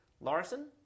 larson